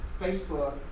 Facebook